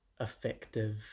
effective